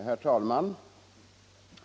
Herr talman!